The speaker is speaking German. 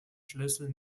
schlüssel